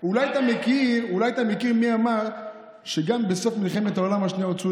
אולי אתה מכיר מי אמר: גם בסוף מלחמת העולם השנייה הוצאו